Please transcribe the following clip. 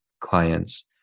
clients